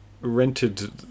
rented